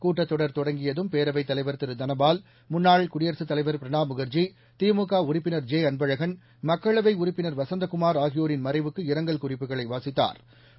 கூட்டத்தொடர் தொடங்கியதும் பேரவைத் தலைவர் திரு தனபால் முன்னாள் குடியரசுத் தலைவர் பிரணாப் முகா்ஜி திமுக உறுப்பினா் ஜெ அன்பழகன் மக்களவை உறுப்பினா் வசந்தகுமாா் ஆகியோரின் மறைவுக்கு இரங்கல் குறிப்புகளை வாசித்தாா்